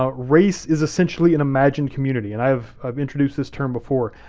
ah race is essentially an imagined community and i've i've introduced this term before.